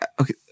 okay